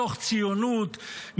מתוך ציונות,